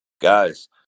Guys